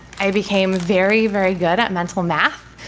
i became very, very good at mental math,